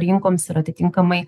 rinkoms ir atitinkamai